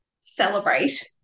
Celebrate